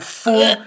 full